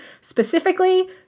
Specifically